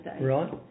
Right